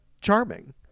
charming